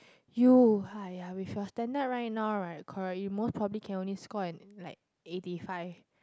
you !aiya! with your standard right now right correct you most probably can only score an like eighty five